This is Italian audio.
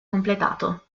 completato